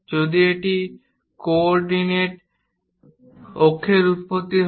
যদি এটি কোঅডিনেট অক্ষের উৎপত্তি হয়